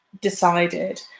decided